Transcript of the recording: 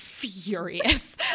furious